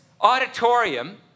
auditorium